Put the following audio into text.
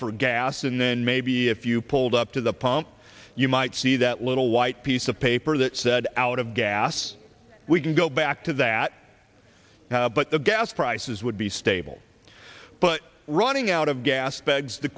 for gas and then maybe if you pulled up to the pump you might see that little white piece of paper that said out of gas we can go back to that but the gas prices would be stable but running out of gas begs the